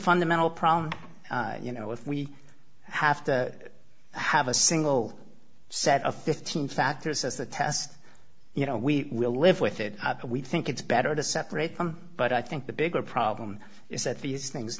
fundamental problem you know if we have to have a single set of fifteen factors as a test you know we will live with it we think it's better to separate them but i think the bigger problem is that these things